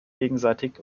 gegenseitig